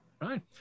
Right